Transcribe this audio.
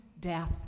death